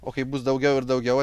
o kai bus daugiau ir daugiau